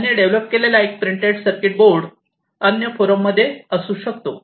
त्यांनी डेव्हलप केलेला एक प्रिंटेड सर्किट बोर्ड अन्य फोरममध्ये असू शकतो